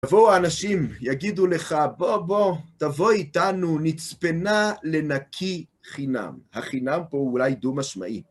תבואו האנשים, יגידו לך, בוא בוא, תבוא איתנו, נצפנה לנקי חינם, החינם פה אולי דו משמעי.